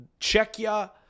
Czechia